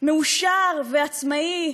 מאושר ועצמאי,